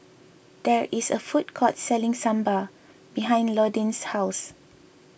there is a food court selling Sambar behind Londyn's house